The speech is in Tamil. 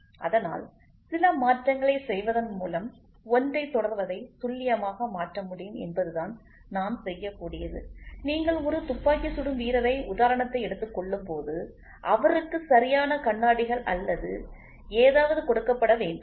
அதனால்சில மாற்றங்களைச் செய்வதன் மூலம் ஒன்றை தொடர்வதை துல்லியமாக மாற்ற முடியும் என்பதுதான் நாம் செய்யக்கூடியது நீங்கள் ஒரு துப்பாக்கி சுடும் வீரரை உதாரணத்தை எடுத்துக் கொள்ளும்போது அவருக்கு சரியான கண்ணாடிகள் அல்லது ஏதாவது கொடுக்கப்பட வேண்டும்